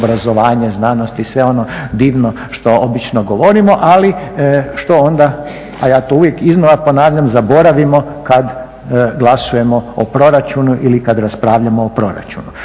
obrazovanje, znanost i sve ono divno što obično govorimo. Ali što onda, a ja to uvijek iznova ponavljam zaboravimo kad glasujemo o proračunu ili kad raspravljamo o proračunu.